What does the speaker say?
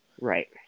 Right